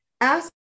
Ask